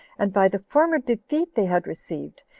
and by the former defeat they had received,